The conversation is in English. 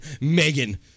Megan